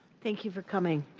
thank you for coming.